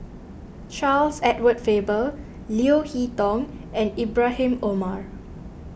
Charles Edward Faber Leo Hee Tong and Ibrahim Omar